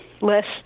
list